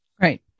Right